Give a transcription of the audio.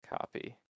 Copy